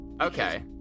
Okay